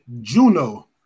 Juno